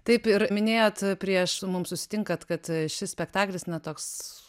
taip ir minėjot prieš mums susitinkant kad šis spektaklis na toks